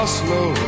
slow